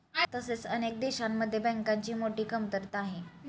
तसेच अनेक देशांमध्ये बँकांची मोठी कमतरता आहे